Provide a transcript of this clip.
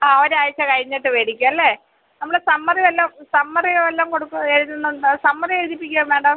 ആ ഒരാഴ്ച കഴിഞ്ഞിട്ട് മേടിക്കാം അല്ലേ നമ്മൾ സമ്മറി വല്ലതും സമ്മറി വല്ലതും കൊടുക്കുമോ എഴുതുന്നുണ്ടോ സമ്മറി എഴുതിപ്പിക്കുമോ മാഡം